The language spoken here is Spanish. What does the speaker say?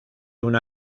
una